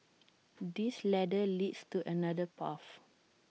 this ladder leads to another path